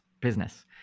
business